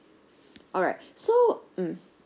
alright so mm